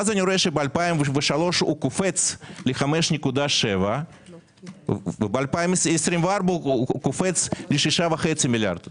ואז ראיתי שב-2023 הוא קופץ ל-5.7 וב-2024 הוא קופץ ל-6.5 מיליארד שקל.